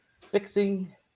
fixing